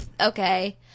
okay